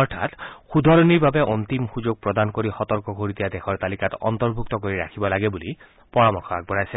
অৰ্থাৎ শুধৰণিৰ বাবে অন্তিম সুযোগ প্ৰদান কৰি সতৰ্ক কৰি দিয়া দেশৰ তালিকাত অন্তৰ্ভূক্ত কৰি ৰাখিব লাগে বুলি পৰামৰ্শ আগবঢ়াইছে